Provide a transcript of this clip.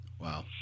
Wow